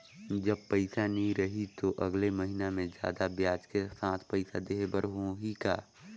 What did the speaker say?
जब पइसा नहीं रही तो अगले महीना मे जादा ब्याज के साथ पइसा देहे बर होहि का?